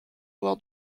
avoir